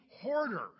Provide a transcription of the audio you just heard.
hoarder